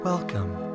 Welcome